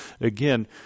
again